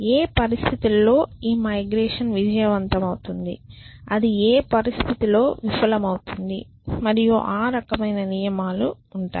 ఏ పరిస్థితులలో ఈ మైగ్రేషన్ విజయవంతమవుతుంది అది ఏ పరిస్థితిలో విఫలమవుతుంది మరియు ఆ రకమైన నియమాలు ఉంటాయి